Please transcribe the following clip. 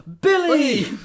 Billy